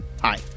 Hi